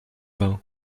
vingt